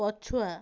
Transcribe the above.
ପଛୁଆ